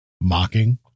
mocking